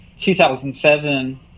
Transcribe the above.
2007